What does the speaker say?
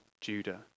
Judah